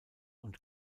und